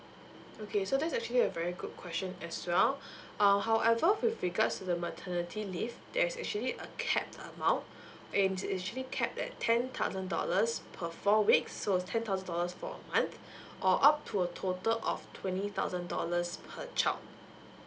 okay so that's actually a very good question as well um however with regards to the maternity leave there's actually a cap amount and it is actually capped at ten thousand dollars per four weeks so is ten thousand dollars for a month or up to a total of twenty thousand dollars per child